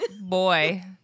Boy